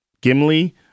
Gimli